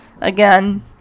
Again